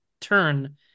turn